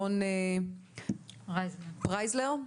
רון פריזלר.